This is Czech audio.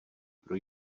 pro